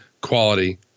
quality